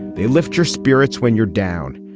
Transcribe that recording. they lift your spirits when you're down.